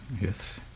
Yes